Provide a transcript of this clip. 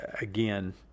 Again